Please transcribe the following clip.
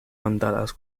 bandadas